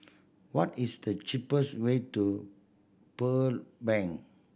what is the cheapest way to Pearl Bank